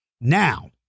Now